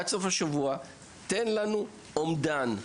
עד סוף השבוע תן לנו אומדן,